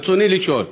רצוני לשאול: